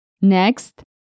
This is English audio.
Next